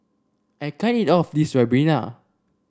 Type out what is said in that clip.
I can't eat all of this Ribena